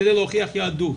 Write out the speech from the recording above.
כדי להוכיח יהדות,